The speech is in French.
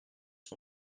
son